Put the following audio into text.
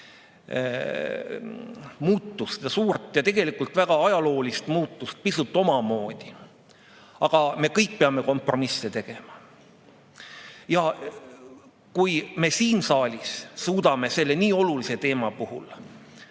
muutust, seda suurt ja tegelikult väga ajaloolist muutust pisut omamoodi. Aga me kõik peame kompromisse tegema. Ja kui me siin saalis suudame selle nii olulise teema puhul